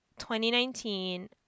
2019